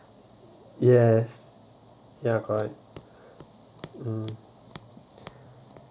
yes yes ya correct mm